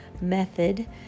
method